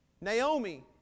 Naomi